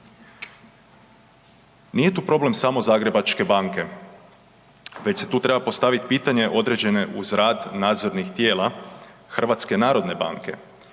Nije tu problem samo Zagrebačke banke već se tu treba postavit pitanje određene uz rad nadzornih tijela, HNB-a. jer ako